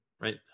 right